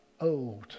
Old